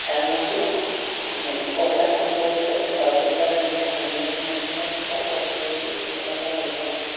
helmet تُلان کِہیٖنۍ اور تمہِ کھۄتہٕ بٔڑ چھِ پَتہٕ تِم غَلطی کَران یہِ ہیٚلمِٹ نہَ چھِ تُلان پوٚتُس سۭتۍ سۭتۍ چھِ پَتہٕ تِم کَران یہِ غَلطی